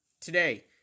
today